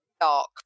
dark